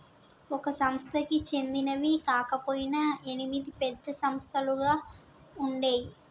ఒక సంస్థకి చెందినవి కాకపొయినా ఎనిమిది పెద్ద సంస్థలుగా ఉండేయ్యి